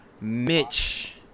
Mitch